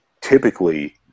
typically